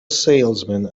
salesman